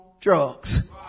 drugs